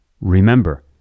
Remember